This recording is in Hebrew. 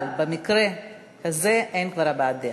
אבל במקרה הזה אין כבר הבעת דעה.